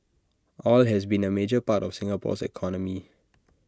oil has long been A major part of Singapore's economy